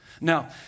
Now